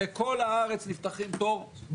בכל הארץ נפתחים תורים,